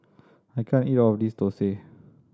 I can't eat all of this thosai